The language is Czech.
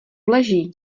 leží